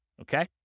Okay